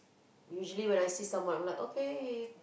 usually when I see someone I'm like okay